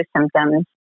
symptoms